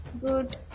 Good